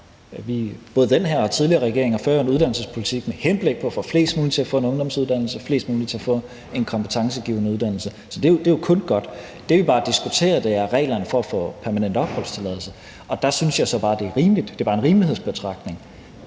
Både den her og tidligere regeringer har jo ført en uddannelsespolitik med henblik på at få flest mulige til at tage en ungdomsuddannelse, flest mulige til at tage en kompetencegivende uddannelse. Så det er jo kun godt. Det, vi bare diskuterer, er reglerne for at få permanent opholdstilladelse. Og der synes jeg så bare, det er rimeligt – det er bare en rimelighedsbetragtning